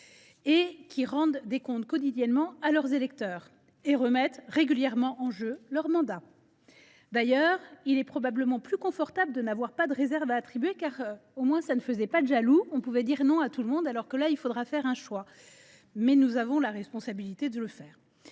ceux qui rendent des comptes quotidiennement à leurs électeurs et remettent régulièrement en jeu leur mandat ? À ce propos, il est probablement plus confortable de ne pas avoir de réserve à attribuer : au moins, on ne fait pas de jaloux et on peut dire non à tout le monde. Si on la rétablit, il faudra choisir, mais nous avons la responsabilité de le faire.